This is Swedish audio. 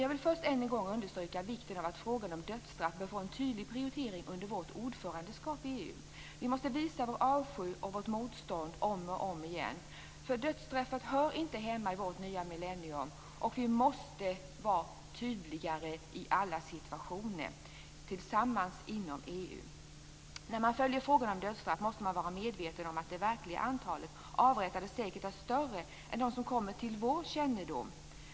Jag vill först och främst än en gång understryka vikten av att frågan om dödsstraff får en tydlig prioritering under vårt ordförandeskap i EU. Vi måste visa vår avsky och vårt motstånd om och om igen. Dödsstraffet hör inte hemma i vårt nya millennium. Vi måste inom EU vara tydligare i alla situationer. När man följer frågan om dödsstraff måste man vara medveten om att det verkliga antalet avrättade säkert är större än det som kommer till vår kännedom.